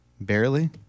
Barely